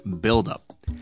buildup